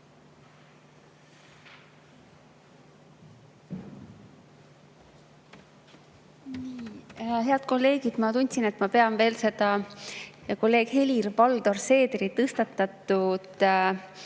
Head kolleegid! Ma tundsin, et ma pean veel kolleeg Helir-Valdor Seederi tõstatatud